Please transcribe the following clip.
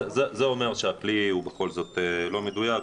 זה אומר שהכלי בכל זאת לא מדויק.